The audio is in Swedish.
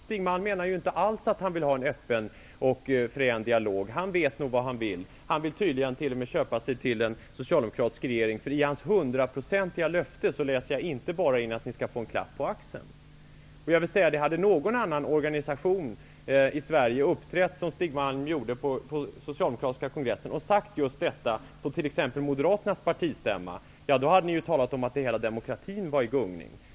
Stig Malm menar ju inte alls att han vill ha en öppen och frän dialog. Han vet nog vad han vill. Han vill tydligen t.o.m. köpa sig till en socialdemokratisk regering. I hans hundraprocentiga löfte läser jag inte bara in att ni skall få en klapp på axeln. Hade någon annan organisation i Sverige uppträtt som Stig Malm gjorde på den socialdemokratiska kongressen och sagt just detta på t.ex moderaternas partistämma, hade ni talat om att hela demokratin var i gungning.